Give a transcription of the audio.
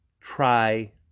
try